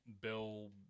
bill